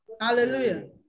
Hallelujah